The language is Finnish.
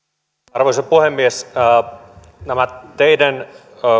arvoisa puhemies teiden